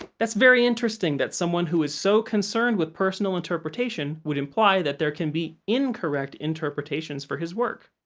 that's very interesting, that someone who is so concerned with personal interpretation would imply that there can be incorrect interpretations for his work.